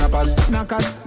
Nakas